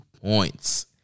points